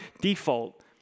default